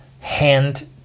hand